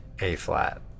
A-flat